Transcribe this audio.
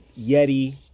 Yeti